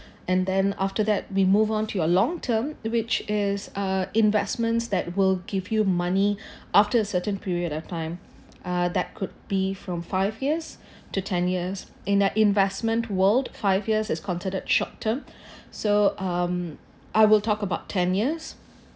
and then after that we move on to your long term which is uh investments that will give you money after a certain period of time uh that could be from five years to ten years in an investment world five years is considered short term so um I will talk about ten years